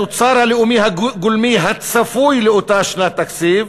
התוצר הלאומי הגולמי הצפוי לאותה שנת תקציב,